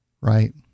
right